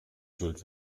schuld